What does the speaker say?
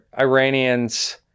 iranians